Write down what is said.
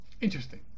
interesting